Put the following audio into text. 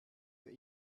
your